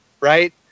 right